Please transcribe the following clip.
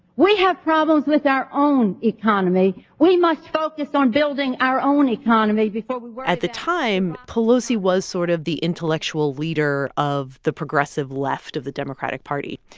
we have problems with our own economy. we must focus on building our own economy before we worry about. at the time, pelosi was sort of the intellectual leader of the progressive left of the democratic party.